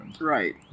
Right